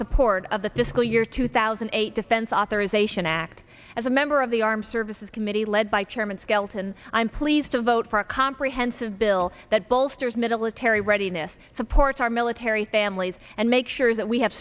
support of the fiscal year two thousand and eight defense authorization act as a member of the armed services committee led by chairman skelton i'm pleased to vote for a comprehensive bill that bolsters middle terri readiness supports our military families and make sure that we have